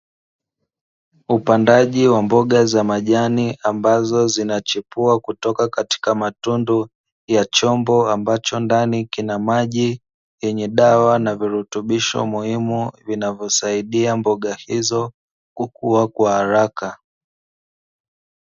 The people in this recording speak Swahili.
Upandaji wa mboga za majani ambazo zinachipua kutoka katika matundu ya chombo, ambacho ndani kina maji yenye dawa na virutubisho muhimu vinavyosaidia mboga hizo kukua kwa haraka.